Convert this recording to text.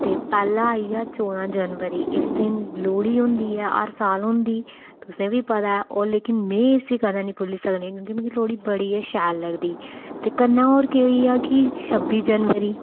ते पैह्ला आई गेआ चौदां जनवरी इस दिन लोह्ड़ी होंदी ऐ हर साल होंदी तुसें बी पता ऐ ओह् लेकिन में इसी कदें नेईं भुल्ली सकनी क्यूंकि मिगी लोह्ड़ी बड़ी गै शैल लगदी ते कन्नै होर के होई गेआ कि छब्बी जनवरी